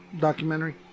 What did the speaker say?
documentary